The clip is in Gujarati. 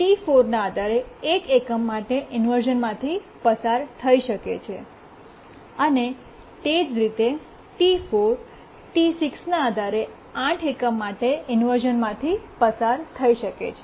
T3 T4 ના આધારે 1 એકમ માટે ઇન્વર્શ઼નમાંથી પસાર થઈ શકે છે અને તે જ રીતે T4 T6 ના આધારે 8 એકમ માટે ઇન્વર્શ઼નમાંથી પસાર થઈ શકે છે